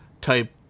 type